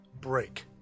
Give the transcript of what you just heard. break